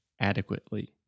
adequately